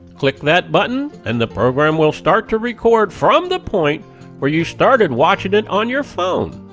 click that button and the program will start to record from the point where you started watching it on your phone.